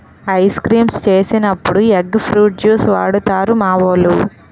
ice creams చేసినప్పుడు egg fruit juice వాడుతారు మావోలు